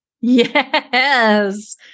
Yes